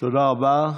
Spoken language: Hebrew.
תודה רבה.